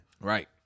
Right